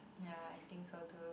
ya I think so too